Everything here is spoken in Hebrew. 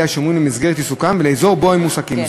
השומרים למסגרת עיסוקם ולאזור שבו הם מועסקים,